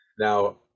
Now